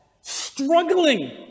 struggling